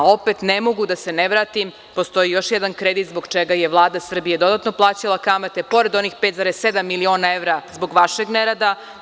Opet, ne mogu da se ne vratim, postoji još jedan kredit zbog čega je Vlada Srbije dodatno plaćala kamate, pored onih 5,7 miliona evra, zbog vašeg nerada.